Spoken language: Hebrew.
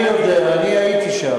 אני יודע, אני הייתי שם.